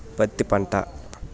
పత్తి పంట